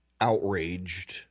outraged